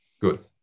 Good